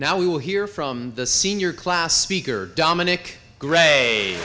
now we will hear from the senior class speaker dominic gr